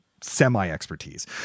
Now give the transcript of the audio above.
semi-expertise